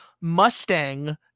mustang